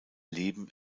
leben